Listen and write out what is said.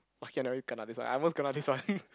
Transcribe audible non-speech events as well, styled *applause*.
okay I never kena this one I almost kena this one *laughs*